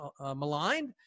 maligned